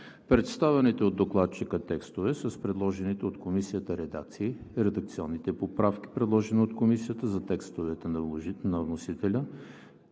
представените от докладчика текстове с предложените от Комисията редакции; редакционните поправки, предложени от Комисията за текстовете на вносителя;